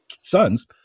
sons